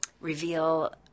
reveal